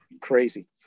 crazy